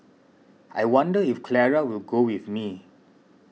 I wonder if Clara will go with me